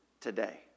today